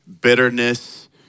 bitterness